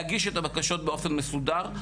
להגיש את הבקשות באופן מסודר,